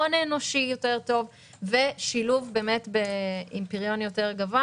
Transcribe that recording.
הון אנושי טוב יותר ושילוב עם פריון גבוה יותר.